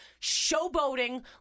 showboating